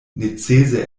necese